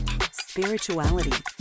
spirituality